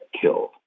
killed